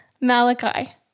Malachi